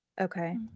Okay